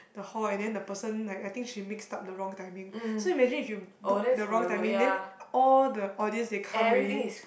the hall and then the person like I think she mixes up the wrong timing so imagine if you book the wrong timing then all the audience they come already